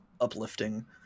uplifting